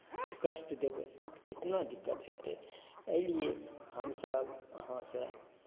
कष्ट देबै तऽ कितना दिक्कत होतै एहिलिए हमसभ अहाँसँ